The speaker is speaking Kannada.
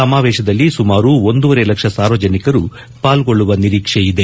ಸಮಾವೇಶದಲ್ಲಿ ಸುಮಾರು ಒಂದೂವರೆ ಲಕ್ಷ ಸಾರ್ವಜನಿಕರು ಪಾಲ್ಗೊಳ್ಳುವ ನಿರೀಕ್ಷೆ ಇದೆ